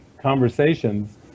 conversations